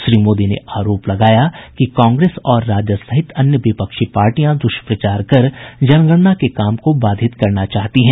श्री मोदी ने आरोप लगाया कि कांग्रेस और राजद सहित अन्य विपक्षी पार्टियां दुष्प्रचार कर जनगणना के काम को बाधित करना चाहती हैं